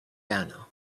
banal